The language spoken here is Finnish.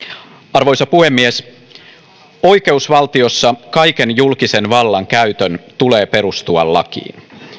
arvoisa puhemies oikeusvaltiossa kaiken julkisen vallan käytön tulee perustua lakiin